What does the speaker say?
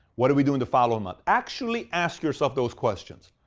what are we doing the following month? actually ask yourself those questions,